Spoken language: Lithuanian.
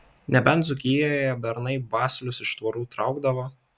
nebent dzūkijoje bernai baslius iš tvorų traukdavo